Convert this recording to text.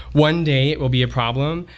one day it will be a problem,